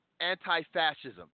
Anti-fascism